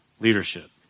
leadership